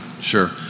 sure